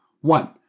One